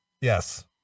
Yes